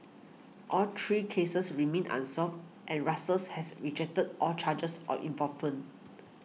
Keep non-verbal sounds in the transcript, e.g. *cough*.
all three cases remain unsolved and *unintelligible* has rejected all charges of *unintelligible*